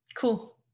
cool